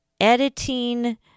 editing